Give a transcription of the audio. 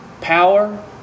Power